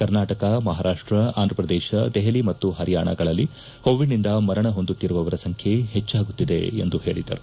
ಕರ್ನಾಟಕ ಮಹಾರಾಷ್ಟ ಆಂಧ್ರಪ್ರದೇಶ ದೆಹಲಿ ಮತ್ತು ಪರಿಯಾಣಗಳಲ್ಲಿ ಕೋವಿಡ್ನಿಂದ ಮರಣ ಹೊಂದುತ್ತಿರುವವರ ಸಂಖ್ಯೆ ಹೆಚ್ಚಾಗುತ್ತಿದೆ ಎಂದು ಹೇಳದರು